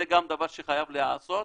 זה גם דבר שחייב להיעשות.